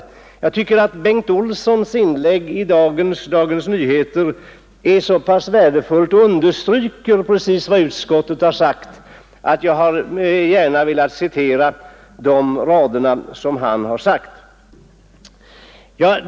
Jag tycker att Bengt Olssons inlägg i Dagens Nyheter är så värdefullt och så väl understryker vad utskottet framhållit att jag gärna har velat citera vad han sagt.